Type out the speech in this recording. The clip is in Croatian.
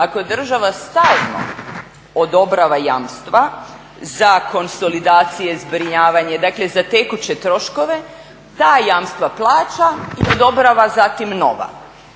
ako država stalno odobrava jamstva za konsolidacije, zbrinjavanje, dakle za tekuće troškove ta jamstva plaća i odobrava zatim nova?